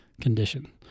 condition